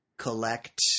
Collect